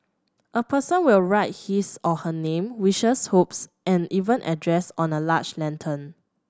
a person will write his or her name wishes hopes and even address on a large lantern